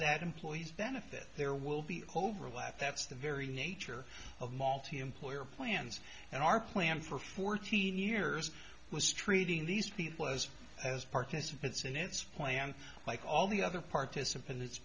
that employees benefit there will be overlap that's the very nature of multi employer plans and our plan for fourteen years was treating these people as as participants in its plan like all the other participant